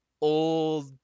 old